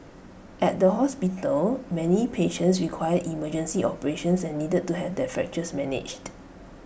at the hospital many patients required emergency operations and needed to have their fractures managed